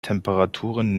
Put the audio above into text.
temperaturen